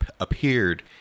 appeared